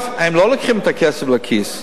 הם לא לוקחים את הכסף לכיס,